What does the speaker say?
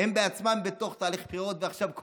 הם בעצמם בתוך תהליך בחירות עכשיו,